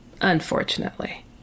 unfortunately